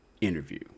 interview